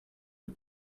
the